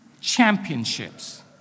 championships